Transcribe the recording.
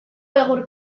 egur